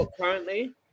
currently